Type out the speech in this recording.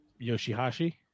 Yoshihashi